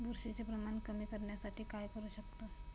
बुरशीचे प्रमाण कमी करण्यासाठी काय करू शकतो?